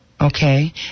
Okay